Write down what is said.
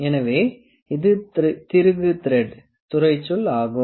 எனவே இது திருகு த்ரெட் துறைச்சொல் ஆகும்